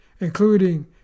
including